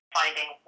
finding